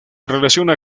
relaciona